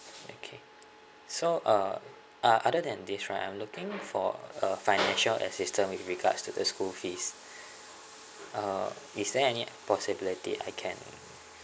okay so uh ah other than this right I'm looking for a financial assistance with regards to the school fees uh is there any possibility I can